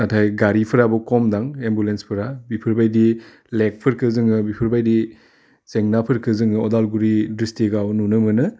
नाथाय गारिफ्राबो खम दां एम्बुलेन्सफोरा बिफोरबायदि लेकफोरखौ जोङो बिफोरबायदि जेंनाफोरखो जोङो अदालगुरि डिस्ट्रिक्टआव नुनो मोनो